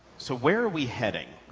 so where are we heading?